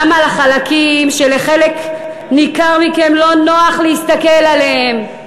גם על החלקים שלחלק ניכר מכם לא נוח להסתכל עליהם,